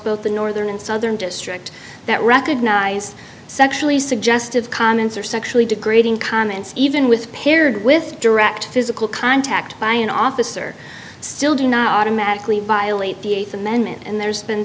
both the northern and southern district that recognize sexually suggestive comments or sexually degrading comments even with paired with direct physical contact by an officer still do not automatically violate